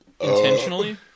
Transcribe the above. Intentionally